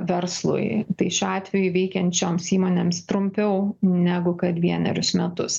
verslui tai šiuo atveju veikiančioms įmonėms trumpiau negu kad vienerius metus